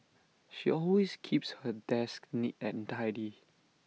she always keeps her desk neat and tidy